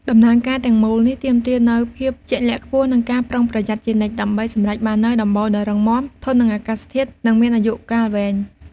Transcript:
ដំណើរការទាំងមូលនេះទាមទារនូវ ភាពជាក់លាក់ខ្ពស់ និងការប្រុងប្រយ័ត្នជានិច្ច ដើម្បីសម្រេចបាននូវដំបូលដ៏រឹងមាំ ធន់នឹងអាកាសធាតុ និងមានអាយុកាលវែង។